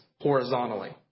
horizontally